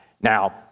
Now